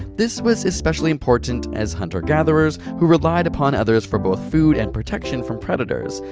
this was especially important as hunter-gatherers who relied upon others for both food and protection from predators.